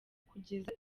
kugeza